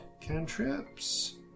cantrips